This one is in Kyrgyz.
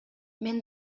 мен